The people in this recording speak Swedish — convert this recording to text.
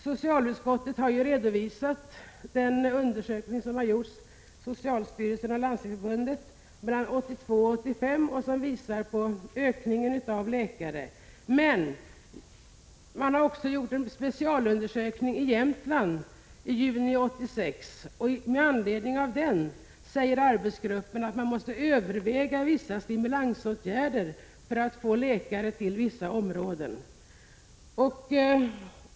Socialutskottet har ju redovisat den undersökning som har gjorts av socialstyrelsen och Landstingsförbundet 1982 och 1985 och som visar på ökningen av antalet läkare. Men man har också gjort en specialundersökning i Jämtland i juni 1986, och med anledning av den säger arbetsgruppen att man måste överväga vissa stimulansåtgärder för att få läkare till en del områden.